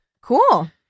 Cool